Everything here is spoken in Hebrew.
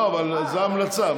לא, אבל זו המלצה.